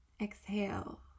Exhale